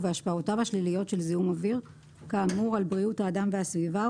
ובהשפעותיו השליליות של זיהום אוויר כאמור על בריאות האדם והסביבה,